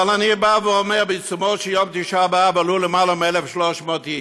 אבל אני בא ואומר: בעיצומו של יום תשעה באב עלו למעלה מ-1,300 איש,